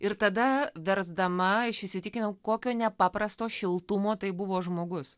ir tada versdama aš įsitikinau kokio nepaprasto šiltumo tai buvo žmogus